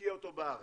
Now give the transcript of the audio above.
נשקיע אותו בארץ.